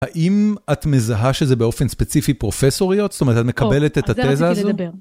האם את מזהה שזה באופן ספציפי פרופסוריות? זאת אומרת, את מקבלת את התזה הזו?